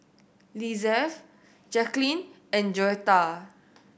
Lizeth Jacklyn and Joetta